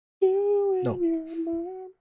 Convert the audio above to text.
No